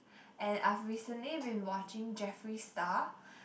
and I've recently been watching Jeffery Star